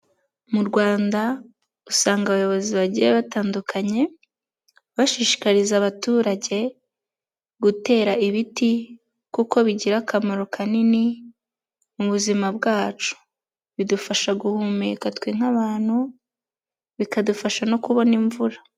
Mu Rwanda usanga abayobozi bagiye batandukanye bashishikariza abaturage gutera ibiti kuko bigira akamaro kanini mu buzima bwacu. Bidufasha guhumeka twe nk'abantu, bikadufasha no kubona imvura.